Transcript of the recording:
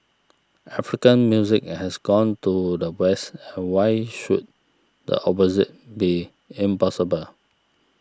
African music has gone to the West and why should the opposite be impossible